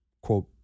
quote